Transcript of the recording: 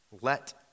Let